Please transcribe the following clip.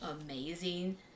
amazing